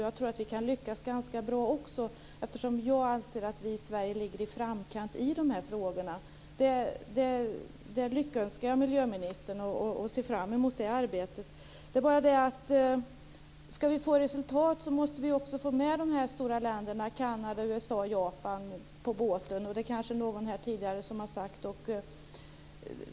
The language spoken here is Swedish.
Jag tror att vi kan lyckas ganska bra, eftersom jag anser att vi i Sverige ligger i framkant i de här frågorna. Där lyckönskar jag miljöministern, och jag ser fram emot det arbetet. Det är bara det att ska vi få resultat måste vi också få med stora länderna - Kanada, USA, Japan - på båten. Kanske har någon här tidigare sagt detta.